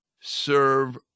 serve